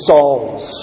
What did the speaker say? Saul's